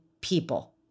people